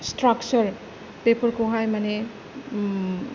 स्त्राक्सार बेफोरखौहाय माने